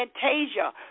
Fantasia